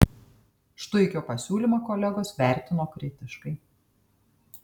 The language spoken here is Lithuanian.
štuikio pasiūlymą kolegos vertino kritiškai